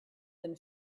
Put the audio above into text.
than